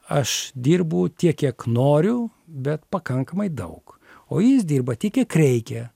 aš dirbu tiek kiek noriu bet pakankamai daug o jis dirba tiek kiek reikia